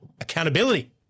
accountability